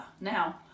Now